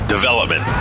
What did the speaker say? Development